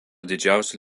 didžiausių